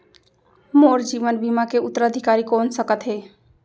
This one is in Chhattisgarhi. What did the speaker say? मोर जीवन बीमा के उत्तराधिकारी कोन सकत हे?